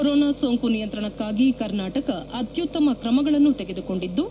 corona ಸೋಂಕು ನಿಯಂತ್ರಣಕ್ಕಾಗಿ ಕರ್ನಾಟಕ ಅತ್ಯುತ್ತಮ ಕ್ರಮಗಳನ್ನು ತೆಗೆದುಕೊಂಡಿದ್ದು